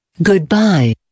goodbye